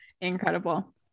Incredible